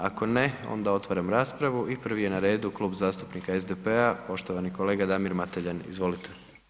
Ako ne, onda otvaram raspravu i prvi je na redu Klub zastupnika SDP-a, poštovani kolega Damir Mateljan, izvolite.